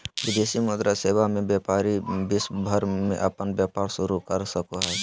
विदेशी मुद्रा सेवा मे व्यपारी विश्व भर मे अपन व्यपार शुरू कर सको हय